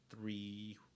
three